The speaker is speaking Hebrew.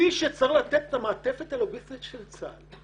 צי שצריך לתת את המעטפת הלוגיסטית של צה"ל,